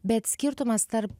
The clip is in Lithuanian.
bet skirtumas tarp